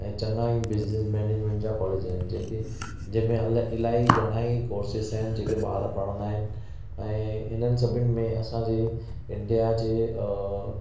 ऐं चङा ई बिज़निस मेनेजमेन्ट जा कॉलेज आहिनि जेके जंहिं में अल अलाई घणा ई कोर्सेस आहिनि जेके ॿार पढ़ंदा आहिनि ऐं हिननि सभिन में असां जी इण्डिया जे